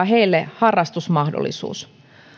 heille harrastusmahdollisuus